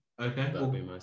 Okay